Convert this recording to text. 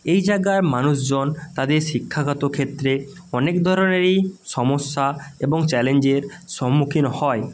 এই জাগার মানুষজন তাদের শিক্ষাগত ক্ষেত্রে অনেক ধরনেরই সমস্যা এবং চ্যালেঞ্জের সম্মুখীন হয়